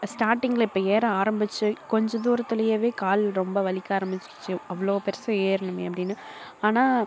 ஸ்டார்டிங்கில் இப்போ ஏற ஆரம்பிச்சு கொஞ்சம் தூரத்துலேயே கால் ரொம்ப வலிக்க ஆரம்மிச்சிருச்சி அவ்வளோ பெருசு ஏறணுமே அப்படின்னு ஆனால்